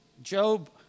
Job